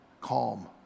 calm